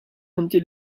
until